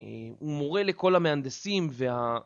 הוא מורה לכל המהנדסים וה...